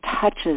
touches